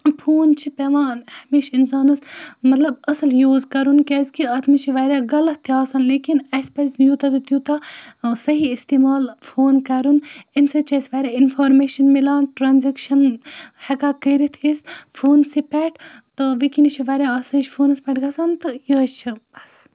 phone چھِ پٮ۪وان ہمیشہٕ اِنسانَس مطلب اَصٕل یوٗز کَرُن کیٛازکہِ اَتھ منٛز چھِ واریاہ غلط تہِ آسان لیکِن اَسہِ پَزِ یوٗتاہ تہِ تیوٗتاہ صحیح استعمال فون کَرُن اَمہِ سۭتۍ چھِ اَسہِ واریاہ اِنفارمیشَن مِلان ٹرٛانزیکشَن ہٮ۪کان کٔرِتھ أسۍ فونسٕے پٮ۪ٹھ تہٕ وٕنۍکٮ۪نَس چھِ واریاہ آسٲیِش فونَس پٮ۪ٹھ گَژھان تہٕ یہِ حظ چھِ بَس